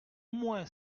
moins